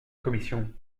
commission